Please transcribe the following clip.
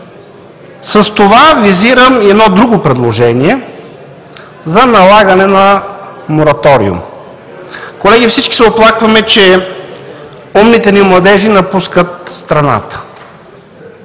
С това визирам и едно друго предложение – за налагане на мораториум. Колеги, всички се оплакваме, че умните ни младежи напускат страната,